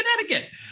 Connecticut